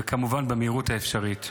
וכמובן במהירות האפשרית.